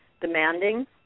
demanding